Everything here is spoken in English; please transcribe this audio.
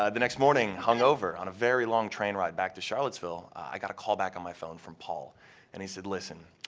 ah the next morning hung over on a very long train ride back to charlottesville, i got a call back on my phone from paul and he said, listen,